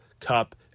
Cup